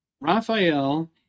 Raphael